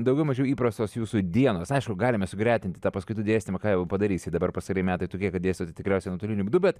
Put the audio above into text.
daugiau mažiau įprastos jūsų dienos aišku galima gretinti tą paskaitų dėstymo ką jau padarysi dabar pastarieji metai tokie kad dėstote tikriausiai nuotoliniu būdu bet